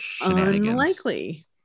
unlikely